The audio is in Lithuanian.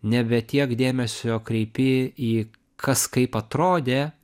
nebe tiek dėmesio kreipi į kas kaip atrodė